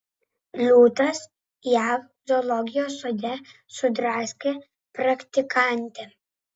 liūtas jav zoologijos sode sudraskė praktikantę